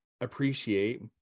appreciate